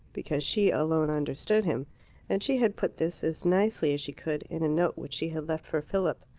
because she alone understood him and she had put this, as nicely as she could, in a note which she had left for philip.